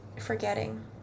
forgetting